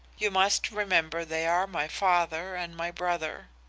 you must remember they are my father and my brother